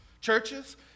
churches